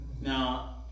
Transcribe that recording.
Now